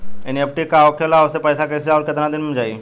NEFT का होखेला और ओसे पैसा कैसे आउर केतना दिन मे जायी?